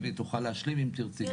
והיא תוכל להשלים אם תרצי,